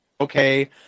Okay